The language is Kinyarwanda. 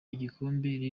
igikombe